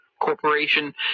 corporation